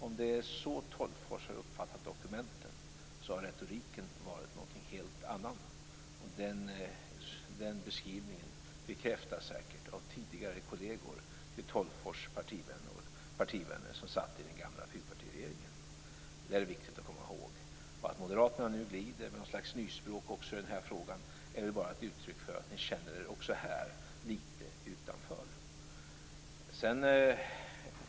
Om det är så Tolgfors har uppfattat dokumenten har retoriken varit en helt annan. Den beskrivningen bekräftas säkert av tidigare kolleger till Tolgfors partivänner som satt i den gamla fyrpartiregeringen. Det är viktigt att komma ihåg. Att Moderaterna nu glider med någon slags nyspråk även i den här frågan är väl bara ett uttryck för att ni också här känner er litet utanför.